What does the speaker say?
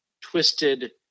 twisted